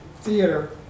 Theater